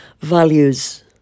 values